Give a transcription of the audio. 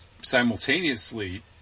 simultaneously